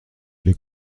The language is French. les